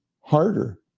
harder